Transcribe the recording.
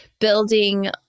building